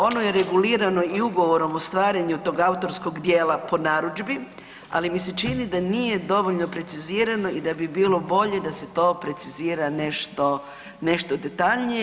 Ono je regulirano i ugovorom o stvaranju tog autorskog djela po narudžbi, ali mi se čini da nije dovoljno precizirano i da bi bilo bolje da se to precizira nešto detaljnije.